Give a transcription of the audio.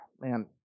man